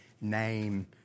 name